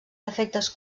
defectes